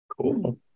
Cool